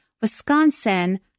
Wisconsin